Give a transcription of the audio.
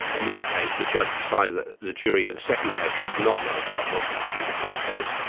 in this case the judge decided the the jury in the second case should not know about what had happened in the first case,